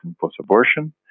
post-abortion